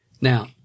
now